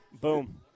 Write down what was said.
Boom